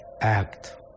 act